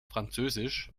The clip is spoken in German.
französisch